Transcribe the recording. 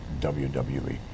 WWE